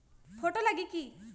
Photo लगी कि?